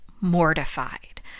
mortified